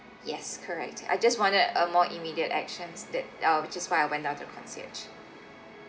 yes correct I just wanted a more immediate actions that uh which is why I went down to the concierge